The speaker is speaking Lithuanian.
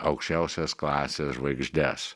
aukščiausios klasės žvaigždes